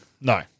No